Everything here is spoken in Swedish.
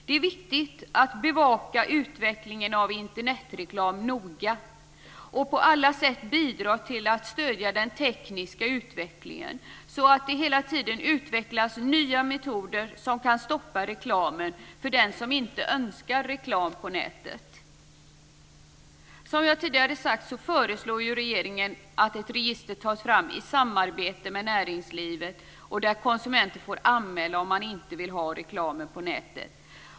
Det är viktigt att bevaka utvecklingen av Internetreklam noga och på alla sätt bidra till att stödja den tekniska utvecklingen så att det hela tiden utvecklas nya metoder som kan stoppa reklamen för den som inte önskar reklam på nätet. Som jag tidigare har sagt föreslår regeringen att ett register tas fram i samarbete med näringslivet och där konsumenten får anmäla om man inte vill ha reklam på nätet.